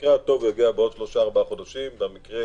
במקרה הטוב יגיע בעוד שלושה-ארבעה חודשים, במקרה